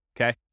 Okay